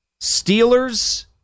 Steelers